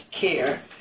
care